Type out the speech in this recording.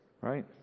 Right